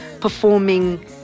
performing